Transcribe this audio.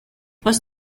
was